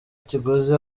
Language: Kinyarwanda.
kiguzi